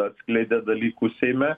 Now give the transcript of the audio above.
atskleidė dalykų seime